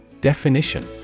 Definition